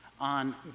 on